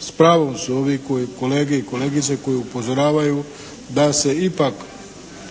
S pravom su ovi koji, kolege i kolegice koji upozoravaju da se ipak